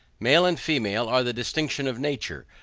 male and female are the distinctions of nature,